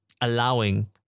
allowing